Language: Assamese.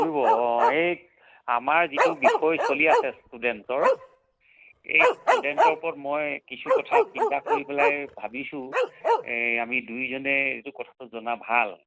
ফুৰিব অঁ এই আমাৰ যিটো বিষয় চলি আছে ষ্টুডেণ্টৰ এই ষ্টুডেণ্টৰ ওপৰত মই কিছু কথা চিন্তা কৰি পেলাই ভাবিছোঁ আমি দুয়োজনে এটো কথাটো জনা ভাল